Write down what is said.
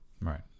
Right